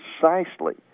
precisely